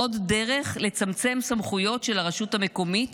עוד דרך לצמצם סמכויות של הרשות המקומית